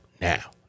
now